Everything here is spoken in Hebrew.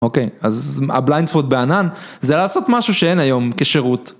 אוקיי, אז הבליינדספוט בענן? זה לעשות משהו שאין היום כשירות.